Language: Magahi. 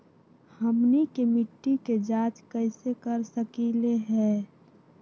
हमनी के मिट्टी के जाँच कैसे कर सकीले है?